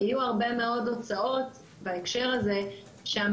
יהיו הרבה מאוד הוצאות בהקשר הזה שהמדינה